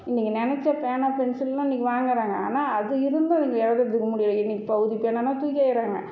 இன்னைக்கி நெனைச்ச பேனா பென்சில்லாம் இன்னைக்கி வாங்குறாங்க ஆனால் அது இருந்தும் இவங்க எழுதறதுக்கு முடியல இன்னைக்கி பேனாலாம் தூக்கி எறிகிறாங்க